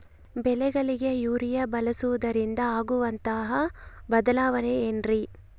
ಬೆಳೆಗಳಿಗೆ ಯೂರಿಯಾ ಬಳಸುವುದರಿಂದ ಆಗುವಂತಹ ಬದಲಾವಣೆ ಏನ್ರಿ?